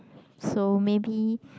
so maybe